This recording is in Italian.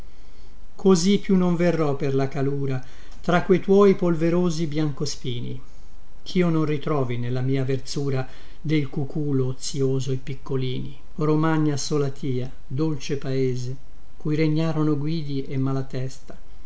così più non verrò per la calura tra que tuoi polverosi biancospini chio non ritrovi nella mia verzura del cuculo ozïoso i piccolini romagna solatia dolce paese cui regnarono guidi e malatesta